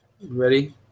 Ready